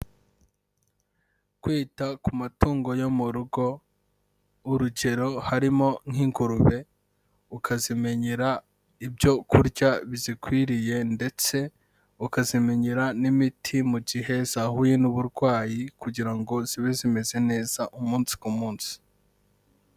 Kwita ku matungo yo mu rugo urugero harimo nk'ingurube, ukazimenyera ibyo kurya bizikwiriye ndetse ukazimenyera n'imiti mu gihe zahuye n'uburwayi kugira ngo zibe zimeze neza umunsi ku munsi.